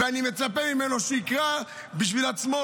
ואני מצפה ממנו שיקרא בשביל עצמו,